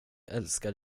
älskar